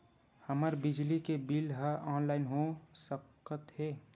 हमर बिजली के बिल ह ऑनलाइन हो सकत हे?